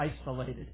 isolated